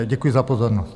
Děkuji za pozornost.